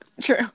True